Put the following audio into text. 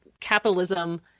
capitalism